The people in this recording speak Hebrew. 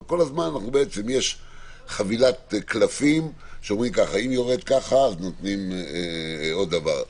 אבל יש חבילת קלפים שאומרים: אם יורד ככה נותנים עוד דבר,